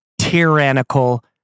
tyrannical